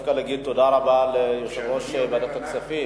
דווקא להגיד תודה רבה ליושב-ראש ועדת הכספים.